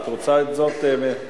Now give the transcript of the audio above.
התפקדות לחברות ביותר ממפלגה אחת),